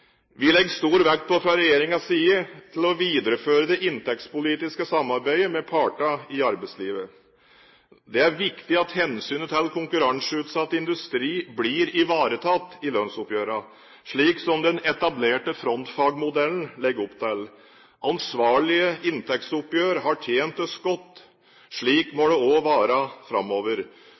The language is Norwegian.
Vi fra regjeringens side legger stor vekt på å videreføre det inntektspolitiske samarbeidet med partene i arbeidslivet. Det er viktig at hensynet til konkurranseutsatt industri blir ivaretatt i lønnsoppgjørene, slik den etablerte frontfagsmodellen legger opp til. Ansvarlige inntektsoppgjør har tjent oss godt. Slik må det også være framover.